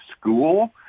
school